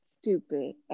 Stupid